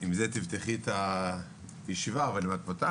שעם זה תפתחי את הישיבה אבל אם את פותחת